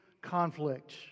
conflict